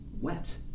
wet